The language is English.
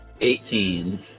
Eighteen